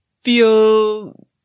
feel